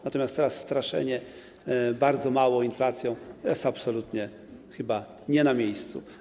Natomiast teraz straszenie bardzo małą inflacją jest absolutnie nie na miejscu.